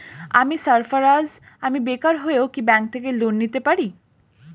আমি সার্ফারাজ, আমি বেকার হয়েও কি ব্যঙ্ক থেকে লোন নিতে পারি?